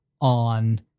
on